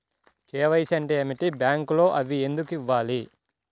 KYC అంటే ఏమిటి? బ్యాంకులో అవి ఎందుకు ఇవ్వాలి?